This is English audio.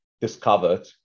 discovered